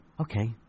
okay